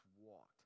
walked